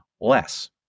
less